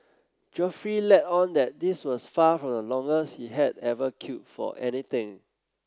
Geoffrey let on that this was far from the longest he had ever queued for anything